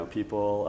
People